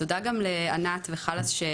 תודה גם לענת ול- ׳חלאסרטן׳,